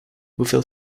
hoeveel